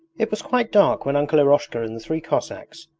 it was quite dark when uncle eroshka and the three cossacks,